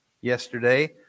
yesterday